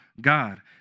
God